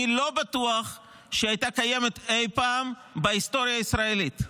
אני לא בטוח שהיא הייתה קיימת אי פעם בהיסטוריה הישראלית,